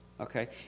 Okay